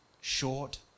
short